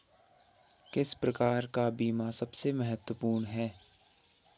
किस प्रकार का बीमा सबसे महत्वपूर्ण है?